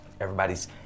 Everybody's